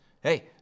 Hey